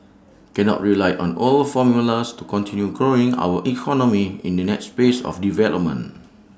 cannot rely on old formulas to continue growing our economy in the next phase of development